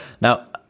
Now